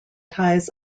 ties